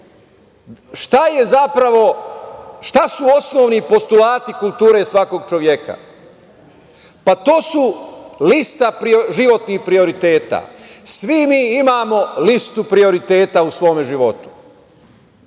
su osnovni postulati kulture svakog čoveka? To je lista životnih prioriteta. Svi mi imamo listu prioriteta u svom životu.